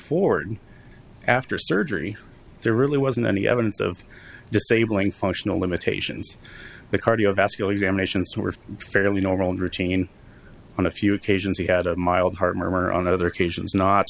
forward after surgery there really wasn't any evidence of disabling functional limitations the cardiovascular examinations were fairly normal and routine on a few occasions he had a mild heart murmur on other occasions not